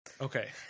Okay